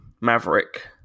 Maverick